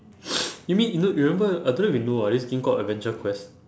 you mean you kno~ you remember I don't know if you know ah this game called adventure quest